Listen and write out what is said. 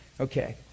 Okay